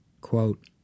Quote